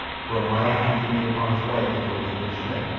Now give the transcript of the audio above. for a mile he continued upon his way to the relief of schmidt,